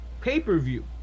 pay-per-view